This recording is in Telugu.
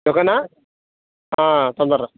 ఓకేనా తొందరగ రా